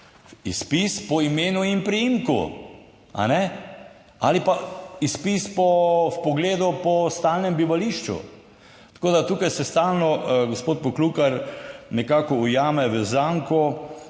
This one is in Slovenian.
Izpis po imenu in priimku, a ne, ali pa izpis po vpogledu po stalnem bivališču. Tako da tukaj se stalno gospod Poklukar nekako ujame v zanko.